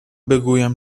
بگویم